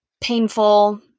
painful